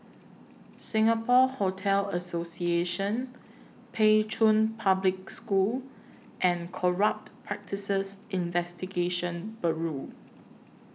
Singapore Hotel Association Pei Chun Public School and Corrupt Practices Investigation Bureau